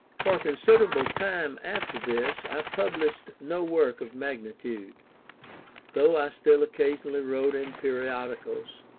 for considerable time after this, i published no work of magnitude though i still occasionally wrote in periodicals,